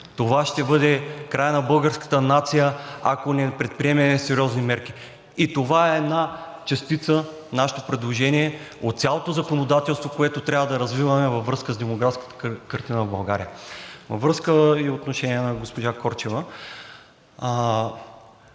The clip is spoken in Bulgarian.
Това ще бъде краят на българската нация, ако не предприемем сериозни мерки. И нашето предложение е една частица от цялото законодателство, което трябва да развиваме във връзка с демографската картина в България. Във връзка с отношението на госпожа Корчева.